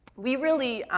we really,